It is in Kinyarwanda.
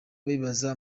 bibaza